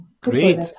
Great